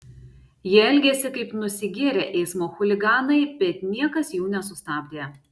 jie elgėsi kaip nusigėrę eismo chuliganai bet niekas jų nesustabdė